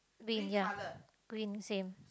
bin ya green same